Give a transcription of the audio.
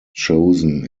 chosen